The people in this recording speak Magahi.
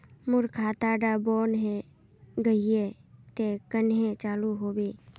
मोर खाता डा बन है गहिये ते कन्हे चालू हैबे?